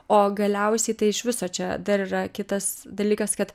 o galiausiai tai iš viso čia dar yra kitas dalykas kad